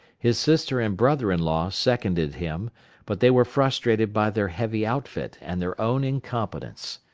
his sister and brother-in-law seconded him but they were frustrated by their heavy outfit and their own incompetence.